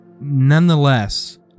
Nonetheless